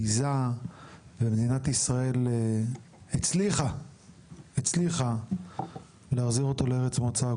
ביזה מדינת ישראל הצליחה להחזיר אותו לארץ מוצאו,